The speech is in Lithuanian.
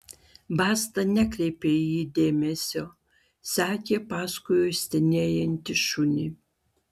basta nekreipė į jį dėmesio sekė paskui uostinėjantį šunį